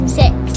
six